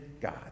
God